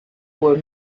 were